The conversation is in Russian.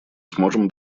сможем